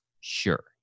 Sure